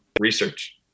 research